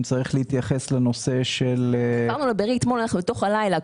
אם צריך להתייחס לנושא של --- דיברנו עם בארי אתמול לתוך הלילה,